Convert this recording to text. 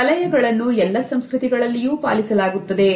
ಈ ವಲಯಗಳನ್ನು ಎಲ್ಲ ಸಂಸ್ಕೃತಿಗಳಲ್ಲಿಯೂ ಪಾಲಿಸಲಾಗುತ್ತದೆ